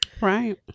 right